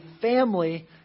family